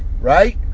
right